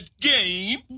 Game